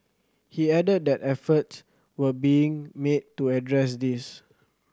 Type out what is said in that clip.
he added that efforts were being made to address this